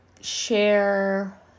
share